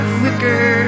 quicker